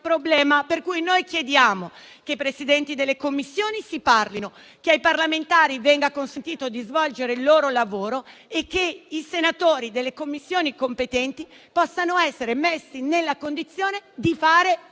problema. Chiediamo quindi che i Presidenti delle Commissioni si parlino, che ai parlamentari venga consentito di svolgere il loro lavoro e che i senatori delle Commissioni competenti possano essere messi nella condizione di fare